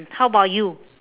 mm how bout you